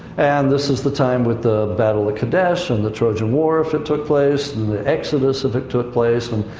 and this is the time with the battle of kadesh and the trojan war, if it took place, and the exodus, if it took place. and,